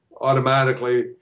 automatically